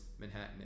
Manhattan